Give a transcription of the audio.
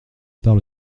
part